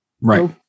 Right